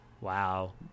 Wow